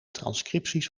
transcripties